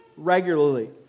Regularly